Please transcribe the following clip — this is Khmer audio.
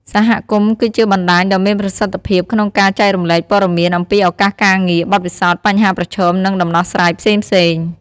សហគមន៍គឺជាបណ្តាញដ៏មានប្រសិទ្ធភាពក្នុងការចែករំលែកព័ត៌មានអំពីឱកាសការងារ បទពិសោធន៍ បញ្ហាប្រឈម និងដំណោះស្រាយផ្សេងៗ ។